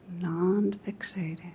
non-fixating